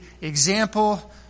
example